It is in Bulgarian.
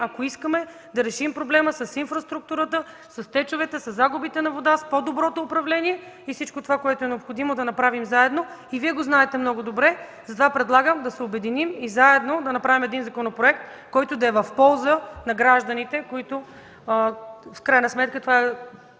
ако искаме да решим проблема с инфраструктурата, с течовете, със загубите на вода, с по-доброто управление – всичко това, което е необходимо да направим заедно, и Вие го знаете много добре. Затова предлагам да се обединим и заедно да направим един законопроект, който да е в полза на гражданите. В крайна сметка това е